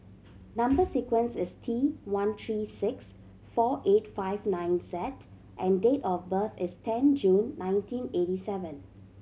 number sequence is T one three six four eight five nine Z and date of birth is ten June nineteen eighty seven